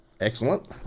excellent